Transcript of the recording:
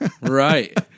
Right